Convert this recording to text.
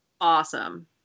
Awesome